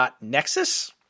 .nexus